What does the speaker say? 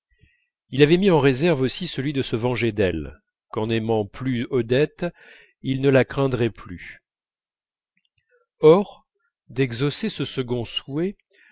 il avait mis en réserve aussi celui de se venger d'elles quand n'aimant plus odette il ne la craindrait plus or d'exaucer ce second souhait